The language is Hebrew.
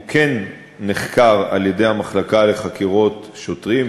הוא כן נחקר על-ידי המחלקה לחקירות שוטרים,